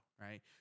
right